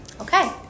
Okay